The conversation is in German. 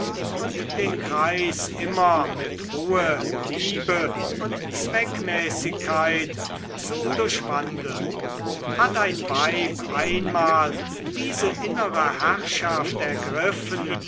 und den kreis immer mit ruhe liebe und zweckmäßigkeit zu durchwandeln hat ein weib einmal diese innere herrschaft ergriffen